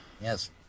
yes